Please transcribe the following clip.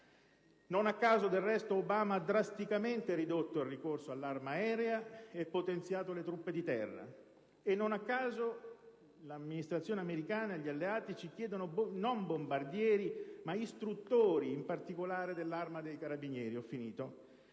non a caso Obama ha drasticamente ridotto il ricorso all'arma aerea e ha potenziato le truppe di terra; non a caso l'Amministrazione americana e gli alleati ci chiedono non bombardieri ma istruttori, in particolare dell'Arma dei carabinieri.